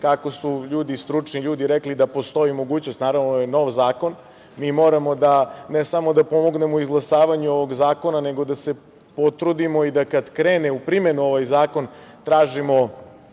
kako su ljudi, stručni ljudi rekli, da postoji mogućnost. Naravno, ovo je nov zakon, mi moramo da, ne samo da pomognemo izglasavanju ovog zakona, nego da se potrudimo i da kad krene u primenu ovaj zakon, tražimo